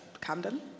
Camden